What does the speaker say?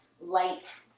light